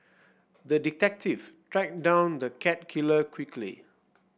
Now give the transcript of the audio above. the detective tracked down the cat killer quickly